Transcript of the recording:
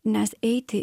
nes eiti